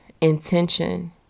intention